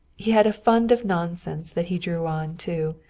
he had a fund of nonsense that he drew on, too,